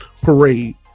parade